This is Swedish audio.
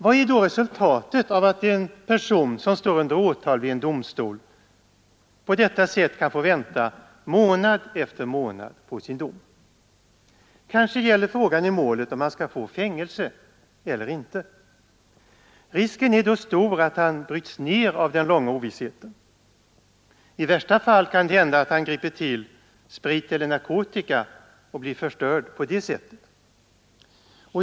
Vad är då resultatet av att en person som står under åtal vid en domstol på detta sätt kan få vänta månad efter månad på sin dom? Kanske gäller frågan i målet om han skall få fängelse eller inte. Risken är då stor att han bryts ned av den långa ovissheten. I värsta fall kan det hända att han griper till sprit eller narkotika och blir förstörd på det sättet.